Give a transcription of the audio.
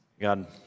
God